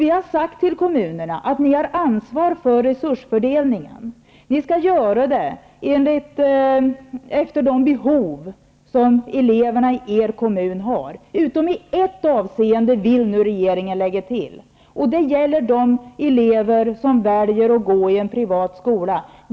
Vi har sagt till kommunerna att de har ansvar för resursfördelningen. De skall göra fördelningen efter de behov som eleverna i kommunen har -- utom i ett avseende; vill nu regeringen tillägga. Det gäller de elever som väljer att gå i en privat skola.